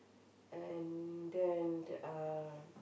and then uh